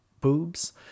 boobs